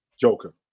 Joker